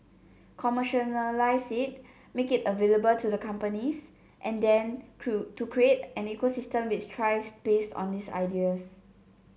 make it available to the companies and then to to create an ecosystem which thrives based on these ideas